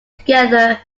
together